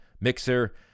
mixer